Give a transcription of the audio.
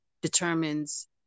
determines